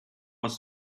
was